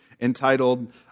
entitled